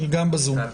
היא גם בזום.